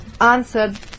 answered